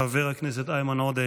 חבר הכנסת איימן עודה,